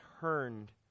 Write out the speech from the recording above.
turned